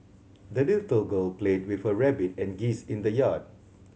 the little girl played with her rabbit and geese in the yard